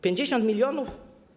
50 mln?